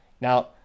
Now